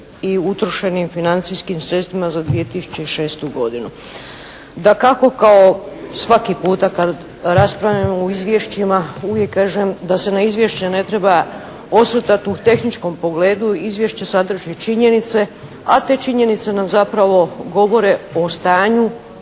i utrošenim financijskim sredstvima za 2006. godinu. Dakako kao svaki puta kada raspravljamo o izvješćima uvijek kažem da se na izvješće ne treba osvrtati u tehničkom pogledu. Izvješće sadrži činjenice, a te činjenice nam zapravo govore o stanju